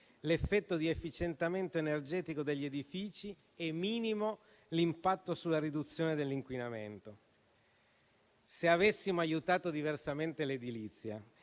l'effetto di efficientamento energetico degli edifici e minimo l'impatto sulla riduzione dell'inquinamento. Se avessimo aiutato diversamente l'edilizia